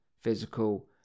physical